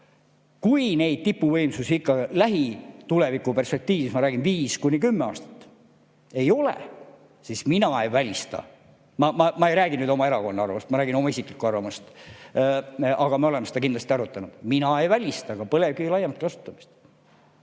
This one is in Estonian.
Kui neid tipuvõimsusi ikka lähituleviku perspektiivis, ma räägin viiest kuni kümnest aastat, ei ole, siis mina ei välista – ma ei räägi nüüd oma erakonna nimel, ma räägin oma isiklikust arvamusest, aga me oleme seda kindlasti ka [erakonnas] arutanud – ka põlevkivi laiemat kasutamist.